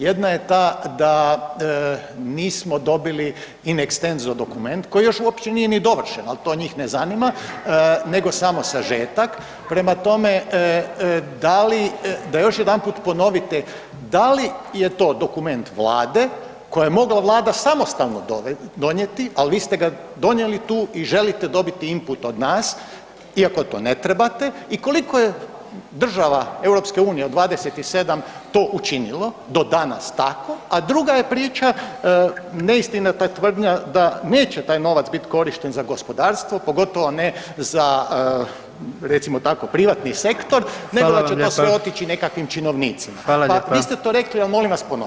Jedna je ta da nismo dobili in extenso dokument koji još uopće nije ni dovršen, ali to njih ne zanima, nego samo sažetak, prema tome, da li, da još jedanput ponovite, da li je to dokument Vlade, koju je mogla Vlada samostalno donijeti, ali vi ste ga donijeli tu i želite dobiti input od nas, iako to ne trebate i koliko je država EU-e od 27 to učinilo do danas tako, a druga je priča neistinita tvrdnja da neće taj novac biti korišten za gospodarstvo, pogotovo ne za recimo tako, privatni sektor, nego [[Upadica: Hvala vam lijepa.]] da će to sve otići nekakvim činovnicima [[Upadica: Hvala lijepa.]] Pa, vi ste to rekli, ali molim vas, ponovite.